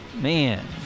Man